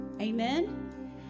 amen